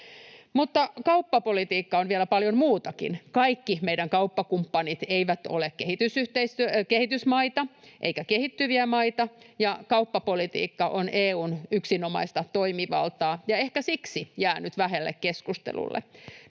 Mutta kauppapolitiikka on vielä paljon muutakin. Kaikki meidän kauppakumppanit eivät ole kehitysmaita eivätkä kehittyviä maita, ja kauppapolitiikka on EU:n yksinomaista toimivaltaa ja ehkä siksi jäänyt vähälle keskustelulle.